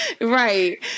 Right